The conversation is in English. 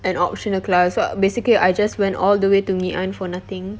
an optional class so basically I just went all the way to ngee ann for nothing